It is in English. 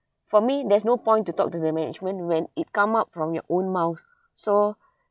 for me there's no point to talk to the management when it come up from your own mouth so